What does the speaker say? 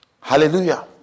Hallelujah